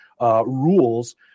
rules